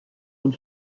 und